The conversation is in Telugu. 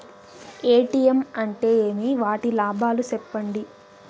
ఎ.టి.ఎం అంటే ఏమి? వాటి లాభాలు సెప్పండి?